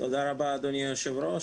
תודה רבה אדוני היושב-ראש,